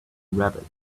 rabbits